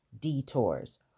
detours